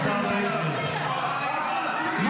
החברים המחבלים שלך ------ השר בן גביר.